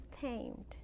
tamed